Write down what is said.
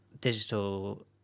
digital